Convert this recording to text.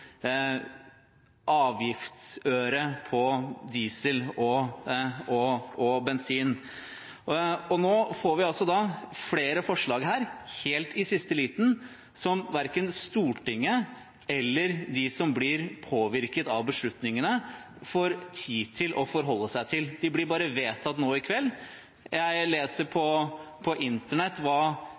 avgiftsøre på diesel og bensin. Og nå får vi altså flere forslag her – helt i siste liten – som verken Stortinget eller de som blir påvirket av beslutningene, får tid til å forholde seg til. Forslagene blir bare vedtatt nå i kveld. Jeg leser på internett